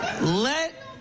Let